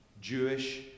Jewish